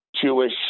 Jewish